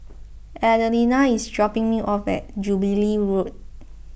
Adelina is dropping me off at Jubilee Road